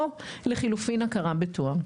או לחילופין הכרה בתואר.